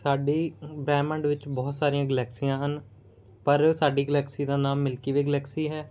ਸਾਡੇ ਬ੍ਰਹਿਮੰਡ ਵਿੱਚ ਬਹੁਤ ਸਾਰੀਆਂ ਗਲੈਕਸੀਆਂ ਹਨ ਪਰ ਸਾਡੀ ਗਲੈਕਸੀ ਦਾ ਨਾਮ ਮਿਲਕੀ ਵੇ ਗਲੈਕਸੀ ਹੈ